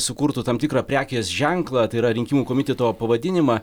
sukurtų tam tikrą prekės ženklą tai yra rinkimų komiteto pavadinimą